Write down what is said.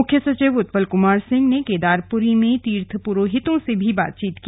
मुख्य सचिव उत्पल कुमार सिंह ने केदारपुरी में तीर्थ पुरोहितों से भी बातचीत की